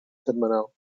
setmanal